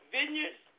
Vineyards